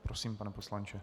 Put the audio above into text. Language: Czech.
Prosím, pane poslanče.